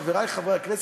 חברי חברי הכנסת,